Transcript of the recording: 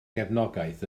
gefnogaeth